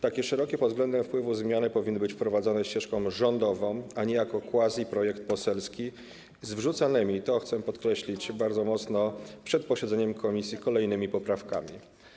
Tak szerokie pod względem wpływu zmiany powinny być wprowadzone ścieżką rządową, a nie jako quasi-projekt poselski z wrzucanymi - to chcę podkreślić bardzo mocno - przed posiedzeniem komisji kolejnymi poprawkami.